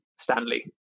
Stanley